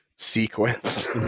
Sequence